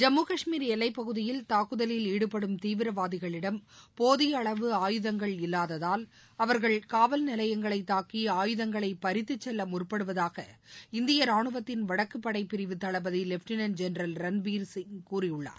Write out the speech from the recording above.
ஜம்மு காஷ்மீர் எல்லை பகுதியில் தாக்குதலில் ஈடுபடும் தீவிரவாதிகளிடம் போதிய அளவு ஆயுதங்கள் இல்லாததால் அவர்கள் காவல்நிலையங்களை தாக்கி ஆயுதங்களை பறித்து செல்ல முற்படுவதாக இந்திய ரானுவத்தின் வடக்கு பளட பிரிவு தளபதி லெப்டினன்ட் ஜெனரல் ரன்பீர் சிவ் கூறியுள்ளார்